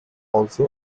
also